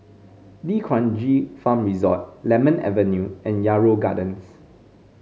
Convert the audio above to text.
D'Kranji Farm Resort Lemon Avenue and Yarrow Gardens